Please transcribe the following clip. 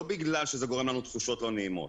לא בגלל שזה גורם לנו תחושות לא נעימות,